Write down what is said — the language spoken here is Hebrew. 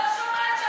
את יודעת.